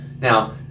Now